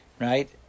right